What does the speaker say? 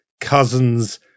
cousins